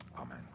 Amen